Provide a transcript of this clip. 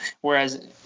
whereas